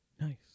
Nice